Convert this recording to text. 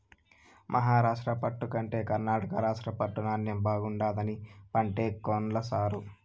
మహారాష్ట్ర పట్టు కంటే కర్ణాటక రాష్ట్ర పట్టు నాణ్ణెం బాగుండాదని పంటే కొన్ల సారూ